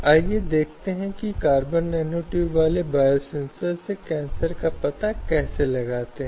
अब यहां जो महत्वपूर्ण है वह जो प्रभाव पैदा करता है